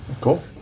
cool